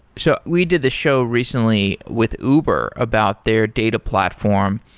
so we did a show recently with uber about their data platform,